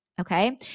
Okay